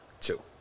two